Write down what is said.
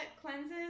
cleanses